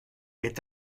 est